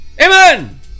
amen